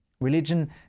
religion